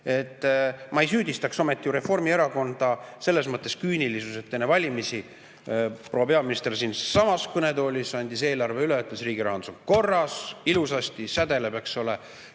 Ma ei süüdistaks ometi Reformierakonda selles mõttes küünilisuses. Enne valimisi proua peaminister siinsamas kõnetoolis andis eelarve üle ja ütles, et riigi rahandus on korras, ilusasti sädeleb, eks ole.